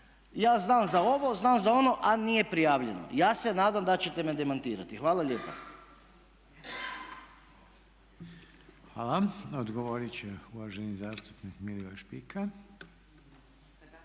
Ja znam za ovo, znam za ono, a nije prijavljeno. Ja se nadam da ćete me demantirati. Hvala lijepa. **Reiner, Željko (HDZ)** Hvala. Odgovorit će uvaženi zastupnik Milivoj Špika.